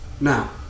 Now